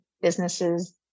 businesses